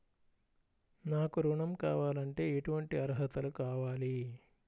నాకు ఋణం కావాలంటే ఏటువంటి అర్హతలు కావాలి?